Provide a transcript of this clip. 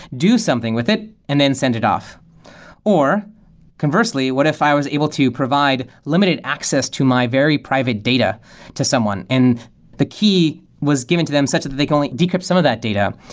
do something with it and then send it off or conversely, what if i was able to provide limited access to my very private data to someone? the key was given to them, such that they can only decrypt some of that data.